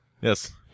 Yes